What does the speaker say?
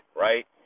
right